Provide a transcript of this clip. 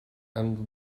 and